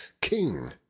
king